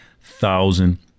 thousand